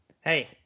hey